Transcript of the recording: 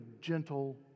gentle